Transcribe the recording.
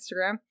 Instagram